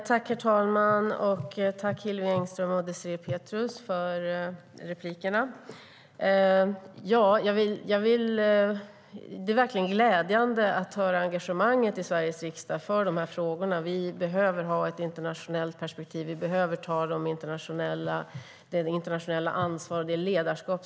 Herr talman! Tack, Hillevi Engström och Désirée Pethrus för replikerna! Det är verkligen glädjande att höra engagemanget i Sveriges riksdag för de här frågorna. Vi behöver ha ett internationellt perspektiv och ta internationellt ansvar och ledarskap.